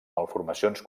malformacions